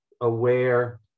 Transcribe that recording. aware